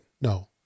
no